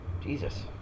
Jesus